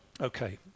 Okay